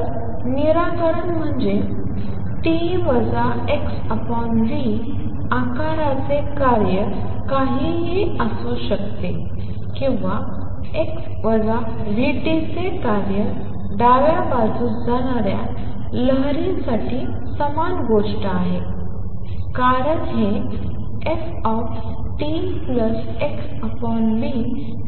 तर निराकरण म्हणजे t - xv आकाराचे कार्य काहीही असू शकते किंवा x vt चे कार्य डाव्या बाजूस जाणाऱ्या लहरी साठी समान गोष्ट आहे कारण हे ft xv